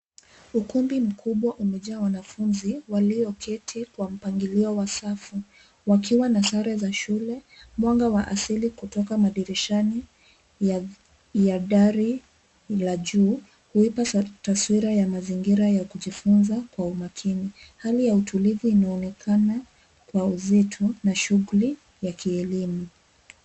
Ukumbi mkubwa umejaa wanafunzi walioketi kwa mpangilio wa safu, wakiwa na sare za shule, mwanga wa asili kutoka madirishani ya dari la juu huipa taswira ya mazingira ya kujifunza Kwa umaakini. Hali ya utulivu inaoonekana kwa vitu na shughuli ya kielimu.